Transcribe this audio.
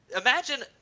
imagine